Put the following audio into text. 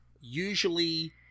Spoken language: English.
usually